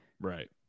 Right